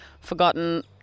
forgotten